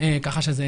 ככה שזה